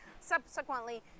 subsequently